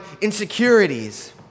insecurities